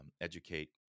educate